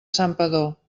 santpedor